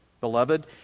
Beloved